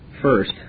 First